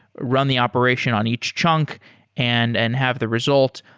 run the operation on each chunk and and have the result.